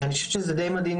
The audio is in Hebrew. אני חושבת שזה די מדהים,